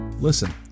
Listen